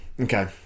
Okay